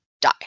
die